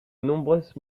nombreuses